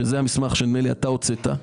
שהוא המסמך שכמדומני אתה הוצאת.